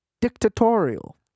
dictatorial